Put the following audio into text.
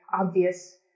obvious